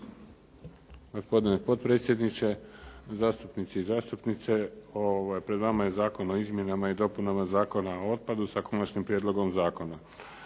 Gospodine potpredsjedniče, zastupnici i zastupnice. Pred vama je Zakon o izmjenama i dopunama Zakona o otpadu sa konačnim prijedlogom zakona.